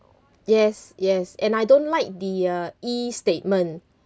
yes yes and I don't like the uh e-statement